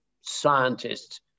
scientists